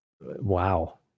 wow